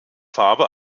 farbe